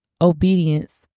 obedience